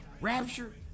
Rapture